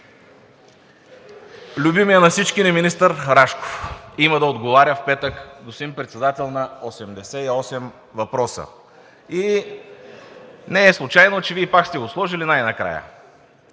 любимият на всички ни министър Рашков има да отговаря в петък, господин Председател, на 88 въпроса и не е случайно, че Вие пак сте го сложили най-накрая.